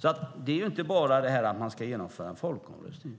stor betydelse. Det handlar alltså inte bara om att genomföra en folkomröstning.